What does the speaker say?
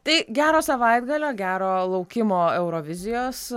tai gero savaitgalio gero laukimo eurovizijos